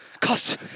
cost